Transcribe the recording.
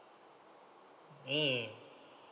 mm